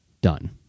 Done